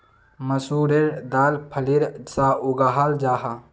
मसूरेर दाल फलीर सा उगाहल जाहा